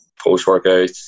post-workout